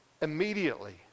immediately